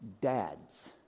dads